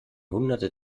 hunderte